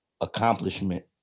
accomplishment